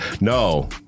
no